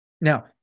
Now